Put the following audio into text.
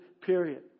period